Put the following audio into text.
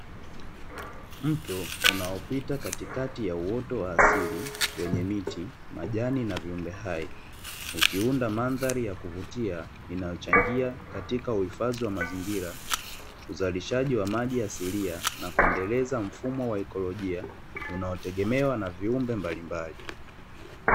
Mto unaopita katikati ya uoto wa asili wenye miti, majani, na viumbe hai, ukiunda mandhari ya kuvutia, inayochangia katika uhifadhi wa mazingira, uzalishaji wa maji asilia, na kuendeleza mfumo wa ikolojia, unaotegemewa na viumbe mbalimbali.